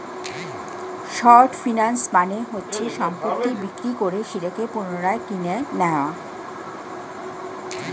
short finance মানে হচ্ছে সম্পত্তি বিক্রি করে সেটাকে পুনরায় কিনে নেয়া